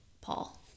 Paul